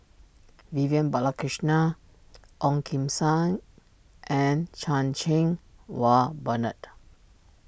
Vivian Balakrishnan Ong Kim Seng and Chan Cheng Wah Bernard